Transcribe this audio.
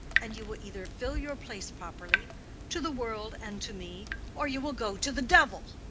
and you will either fill your place properly to the world and to me or you will go to the devil.